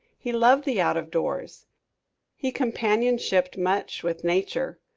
he loved the out-of-doors. he companionshiped much with nature.